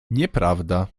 nieprawda